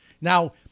Now